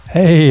Hey